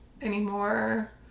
anymore